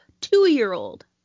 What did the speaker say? two-year-old